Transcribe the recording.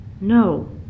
no